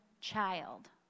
child